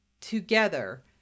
Together